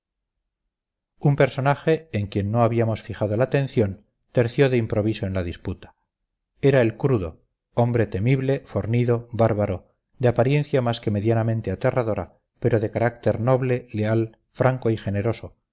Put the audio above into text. un personaje en quien no habíamos fijado la atención terció de improviso en la disputa era el crudo hombre temible fornido bárbaro de apariencia más que medianamente aterradora pero de carácter noble leal franco y generoso